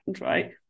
right